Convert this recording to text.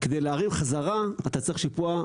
כדי להרים חזרה אתה צריך שיפוע מקביל.